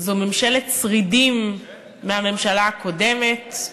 זו ממשלת שרידים מהממשלה הקודמת.